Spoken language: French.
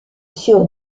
sur